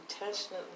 intentionally